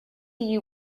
you